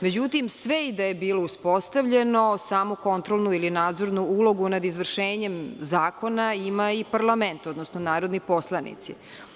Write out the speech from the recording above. Međutim, sve i da je bilo uspostavljeno, samo kontrolnu ili nadzornu ulogu nad izvršenjem zakona ima i parlament, odnosno narodni poslanici.